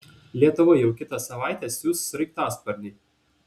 lietuva jau kitą savaitę siųs sraigtasparnį